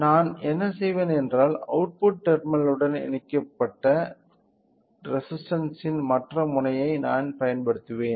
நான் என்ன செய்வேன் என்றால் அவுட்புட் முனையத்துடன் இணைக்கப்பட்ட ரெசிஸ்டன்ஸ்ன் மற்ற முனையை நான் பயன்படுத்துவேன்